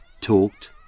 talked